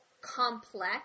complex